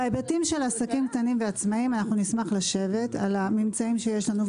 בהיבטים של עסקים קטנים ועצמאים נשמח לשבת על הממצאים שיש לנו,